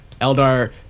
Eldar